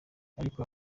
ariko